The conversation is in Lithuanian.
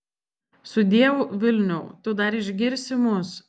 sudieu vilniau tu dar išgirsi mus